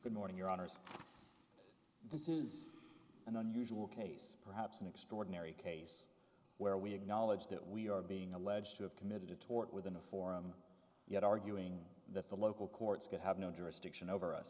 good morning your honour's this is an unusual case perhaps an extraordinary case where we acknowledge that we are being alleged to have committed a tort within the forum yet arguing that the local courts could have no jurisdiction over us